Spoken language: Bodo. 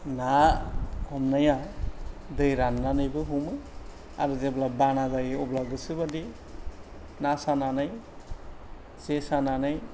ना हमनाया दै राननानैबो हमो आर जेब्ला बाना जायो अब्ला गोसो बादि ना सानानै जे सानानै